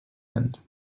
end